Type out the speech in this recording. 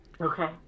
Okay